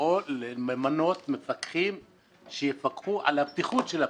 למנות מפקחים שיפקחו על הבטיחות של הפיגום.